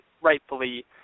rightfully